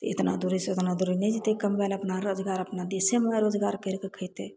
इतना दूरीसँ इतना दूरी नहि जेतय कमबय लए अपना रोजगार अपना देशेमे ने रोजगार करिके खइतय